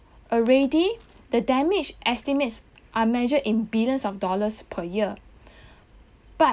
already the damage estimates are measured in billions of dollars per year but